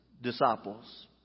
disciples